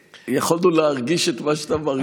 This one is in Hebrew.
יכולנו להרגיש את מה שאתה מרגיש,